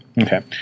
Okay